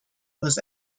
was